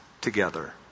together